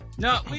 No